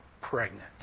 pregnant